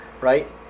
right